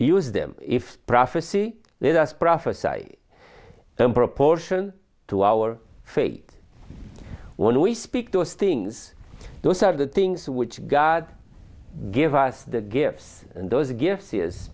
use them if prophecy let us prophesies in proportion to our fate when we speak those things those are the things which god give us the gifts and those gifts is